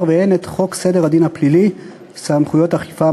והן את חוק סדר הדין הפלילי (סמכויות אכיפה,